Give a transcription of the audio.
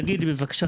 תגידי בבקשה,